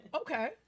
Okay